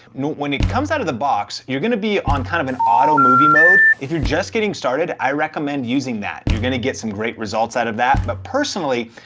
note when it comes out of the box, box, you're gonna be on kind of an auto movie mode. if you're just getting started, i recommend using that. you're gonna get some great results out of that. but personally,